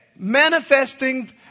Manifesting